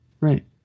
right